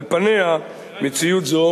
על פניה, מציאות זו